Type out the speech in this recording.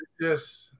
yes